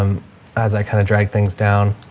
um as i kind of drag things down